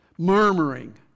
Murmuring